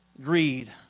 greed